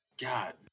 God